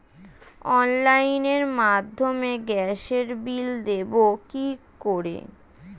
অনলাইনের মাধ্যমে গ্যাসের বিল দেবো কি করে?